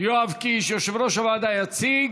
יואב קיש, יושב-ראש הוועדה, יציג.